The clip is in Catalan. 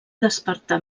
despertar